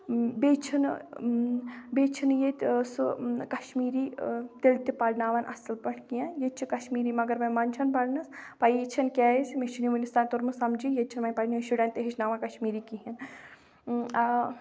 بیٚیہِ چھِنہٕ بیٚیہِ چھِنہٕ ییٚتہِ سُہ کَشمیٖری تیٚلہِ تہِ پَرناوَان اَصٕل پٲٹھۍ کینٛہہ ییٚتہِ چھِ کَشمیٖری مگر وۄنۍ مَنٛدچھان پرنَس پیٖی چھَنہٕ کیازِ مےٚ چھِنہٕ یہِ وُنِس تانۍ توٚرمُت سَمجھی ییٚتہِ چھِنہٕ وۄنۍ پنٛنٮ۪ن شُرٮ۪ن تہِ ہیٚچھناوان کَشمیٖری کِہیٖنۍ آ